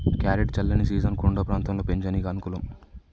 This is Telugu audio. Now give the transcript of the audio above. క్యారెట్ చల్లని సీజన్ కొండ ప్రాంతంలో పెంచనీకి అనుకూలం